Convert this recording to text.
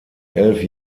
elf